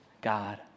God